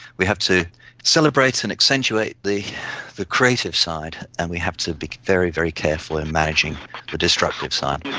we have to celebrate and accentuate the the creative side and we have to be very, very careful in managing the destructive side.